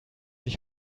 ich